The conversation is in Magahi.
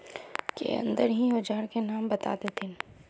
के अंदर ही औजार के नाम बता देतहिन?